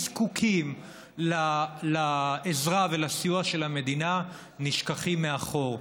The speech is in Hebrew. זקוקים לעזרה ולסיוע של המדינה נשכחים מאחור.